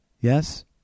Yes